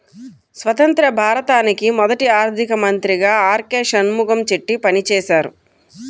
స్వతంత్య్ర భారతానికి మొదటి ఆర్థిక మంత్రిగా ఆర్.కె షణ్ముగం చెట్టి పనిచేసారు